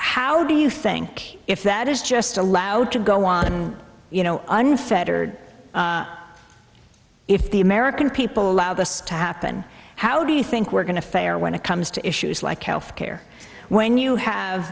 how do you think if that is just allowed to go on you know unfettered if the american people allow this to happen how do you think we're going to fare when it comes to issues like health care when you have